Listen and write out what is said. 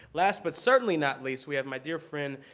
last, but certainly not least, we have my dear friend,